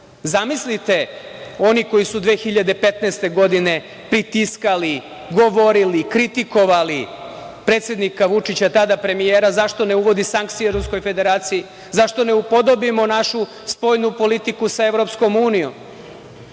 oni koji su 2015. godine pritiskali, govorili, kritikovali predsednika Vučića, tada premijera, zašto ne uvodi sankcije Ruskoj Federaciji, zašto ne upodobimo našu spoljnu politiku sa EU. Zamislite